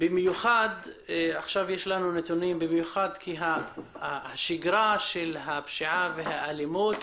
במיוחד לאור הנתונים שיש לנו ששגרת הפשיעה והאלימות